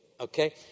Okay